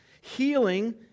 Healing